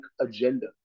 agenda